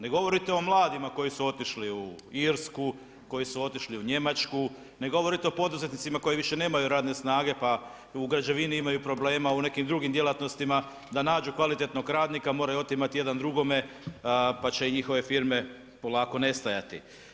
Ne govorite o mladima koji su otišli u Irsku, koji su otišli u Njemačku, ne govorite o poduzetnicima, koji više nemaju radne snage, pa u građevini imaju problema, u nekim drugim djelatnostima da nađu kvalitetnog radnika, moraju otimati jedan drugome pa će njihove firme polako nestajati.